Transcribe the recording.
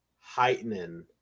heightening